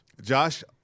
Josh